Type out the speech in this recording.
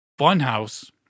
Funhouse